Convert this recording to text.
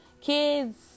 kids